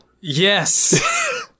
Yes